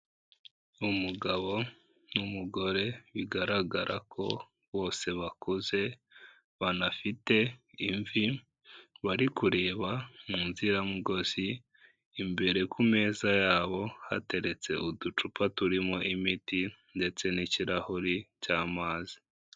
Umugabo n'umugore bigaragara ko bose bakuze banafite imvi bari kureba mu nzira mugozi, imbere ku meza yabo hateretse uducupa turimo imiti ndetse n'ikirahuri cy'amazi.